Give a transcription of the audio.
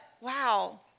wow